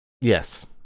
Yes